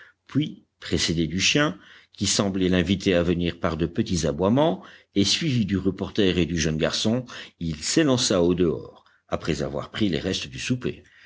puis précédé du chien qui semblait l'inviter à venir par de petits aboiements et suivi du reporter et du jeune garçon il s'élança au dehors après avoir pris les restes du souper